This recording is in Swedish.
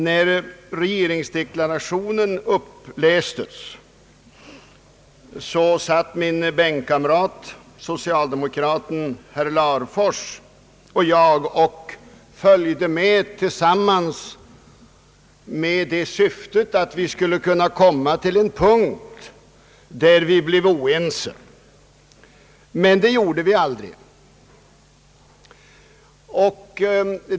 När regeringsdeklarationen upplästes, satt min bänkkamrat, socialdemokraten herr Larfors, och jag och följde med tillsammans i syftet att vi skulle kunna komma till en punkt där vi blev oense, men det gjorde vi aldrig.